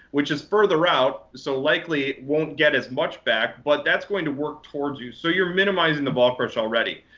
which is further out, so likely won't get as much back, but that's going to work towards you. so you're minimizing the vol crush already.